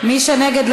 מי שנגד,